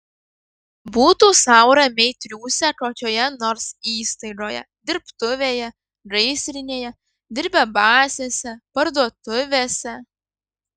būtų sau ramiai triūsę kokioje nors įstaigoje dirbtuvėje gaisrinėje dirbę bazėse parduotuvėse